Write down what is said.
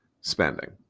spending